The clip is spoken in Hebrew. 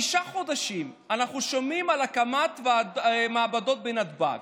תשעה חודשים אנחנו שומעים על הקמת מעבדות בנתב"ג.